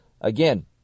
again